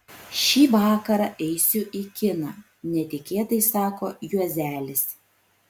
šį vakarą eisiu į kiną netikėtai sako juozelis